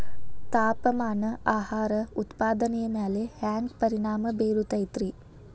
ತಾಪಮಾನ ಆಹಾರ ಉತ್ಪಾದನೆಯ ಮ್ಯಾಲೆ ಹ್ಯಾಂಗ ಪರಿಣಾಮ ಬೇರುತೈತ ರೇ?